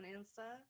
Insta